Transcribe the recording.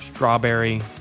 strawberry